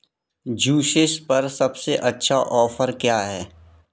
juices पर सबसे अच्छा ऑफर क्या है